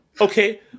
Okay